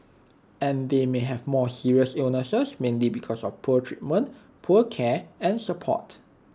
and they may have more serious illnesses mainly because of poor treatment poor care and support